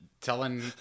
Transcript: telling